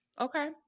Okay